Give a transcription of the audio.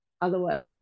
Otherwise